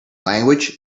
language